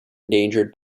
endangered